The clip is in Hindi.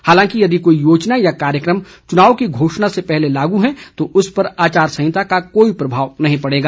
हालांकि यदि कोई योजना या कार्यक्रम चुनाव की घोषणा से पहले लागू है तो उस पर आचार संहिता का कोई प्रभाव नहीं पड़ेगा